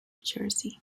jersey